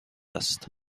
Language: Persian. است